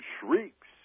shrieks